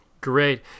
Great